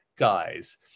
Guys